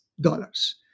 dollars